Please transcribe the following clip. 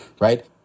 right